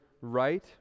right